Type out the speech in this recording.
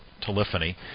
telephony